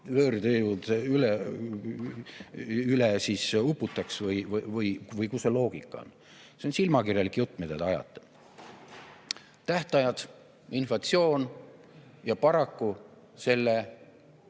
võõrtööjõud üle uputaks? Või kus see loogika on? See on silmakirjalik jutt, mida te ajate. Tähtajad, inflatsioon ja paraku